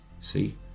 See